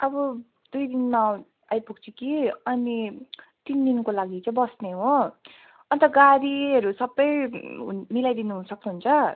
अब दुई दिनमा आइपुग्छु कि अनि तिन दिनको लागि चाहिँ बस्ने हो अन्त गाडीहरू सबै मिलाइदिनु सक्नुहुन्छ